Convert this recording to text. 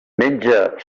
menja